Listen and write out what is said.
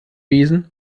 besen